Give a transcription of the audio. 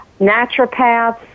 naturopaths